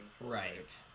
right